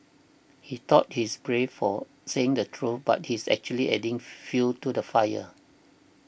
he thought he's brave for saying the truth but he's actually adding fuel to the fire